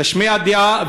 תשמיע דעה,